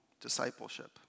discipleship